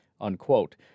unquote